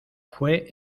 fue